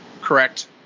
Correct